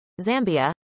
Zambia